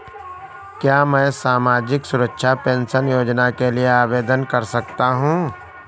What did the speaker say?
क्या मैं सामाजिक सुरक्षा पेंशन योजना के लिए आवेदन कर सकता हूँ?